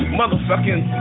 motherfucking